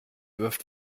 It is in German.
wirft